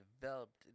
developed